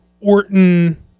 Orton